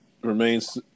Remains